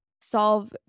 solve